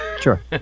Sure